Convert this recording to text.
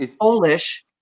Polish